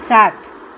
સાત